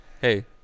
hey